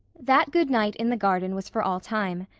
that good night in the garden was for all time.